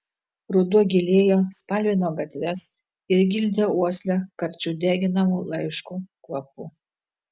ruduo gilėjo spalvino gatves ir gildė uoslę karčiu deginamų laiškų kvapu